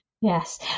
yes